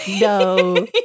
No